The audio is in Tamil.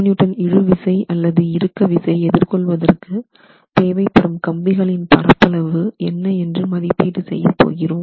05 kN இழுவிசை அல்லது இறுக்க விசை எதிர்கொள்வதற்கு தேவைப்படும் கம்பிகளின் பரப்பளவு என்ன என்று மதிப்பீடு செய்ய போகிறோம்